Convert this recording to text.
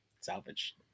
Salvage